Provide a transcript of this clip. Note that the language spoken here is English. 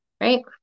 Right